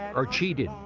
or cheated,